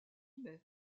mai